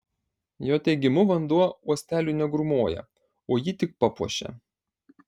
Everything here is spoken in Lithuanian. jo teigimu vanduo uosteliui negrūmoja o jį tik papuošia